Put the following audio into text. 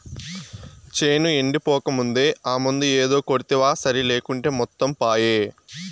చేను ఎండిపోకముందే ఆ మందు ఏదో కొడ్తివా సరి లేకుంటే మొత్తం పాయే